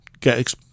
get